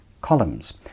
columns